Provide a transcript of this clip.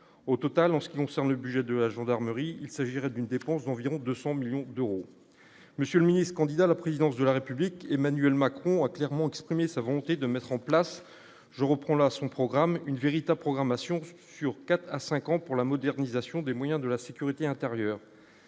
au total en ce qui concerne le budget de la gendarmerie, il s'agirait d'une dépense d'environ 200 millions d'euros, monsieur le Ministre, candidat à la présidence de la République, Emmanuel Macron a clairement exprimé sa vont et de mettre en place, je reprends là son programme une véritable programmation sur 4 à 5 ans pour la modernisation des moyens de la sécurité intérieure.